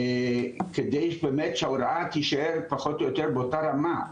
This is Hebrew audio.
כדי שבאמת ההוראה תישאר פחות או יותר באותה רמה,